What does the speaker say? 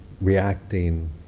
reacting